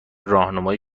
راهنمای